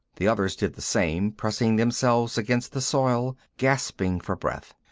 the others did the same, pressing themselves against the soil, gasping for breath.